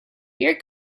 beer